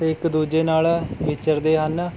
ਅਤੇ ਇੱਕ ਦੂਜੇ ਨਾਲ਼ ਵਿਚਰਦੇ ਹਨ